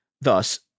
Thus